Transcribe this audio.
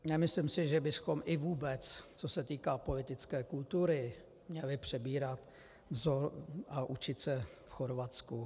Nemyslím si, že bychom i vůbec, co se týká politické kultury, měli přebírat vzor a učit se v Chorvatsku.